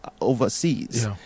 overseas